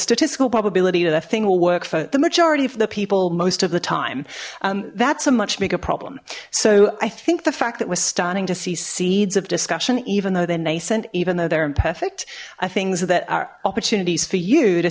statistical probability that a thing will work for the majority of the people most of the time that's a much bigger problem so i think the fact that we're starting to see seeds of discussion even though they're nascent even though they're imperfect are things that are opportunities for you to